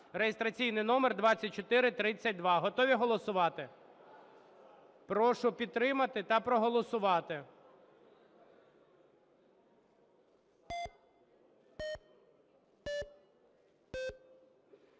(реєстраційний номер 2432). Готові голосувати? Прошу підтримати та проголосувати.